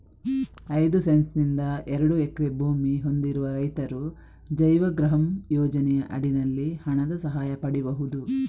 ಐದು ಸೆಂಟ್ಸ್ ನಿಂದ ಎರಡು ಹೆಕ್ಟೇರ್ ಭೂಮಿ ಹೊಂದಿರುವ ರೈತರು ಜೈವಗೃಹಂ ಯೋಜನೆಯ ಅಡಿನಲ್ಲಿ ಹಣದ ಸಹಾಯ ಪಡೀಬಹುದು